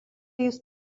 jis